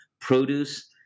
produce